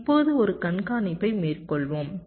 இப்போது ஒரு கண்காணிப்பை மேற்கொள்வோம்